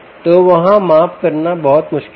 तो वहाँ माप करना बहुत मुश्किल है